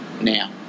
now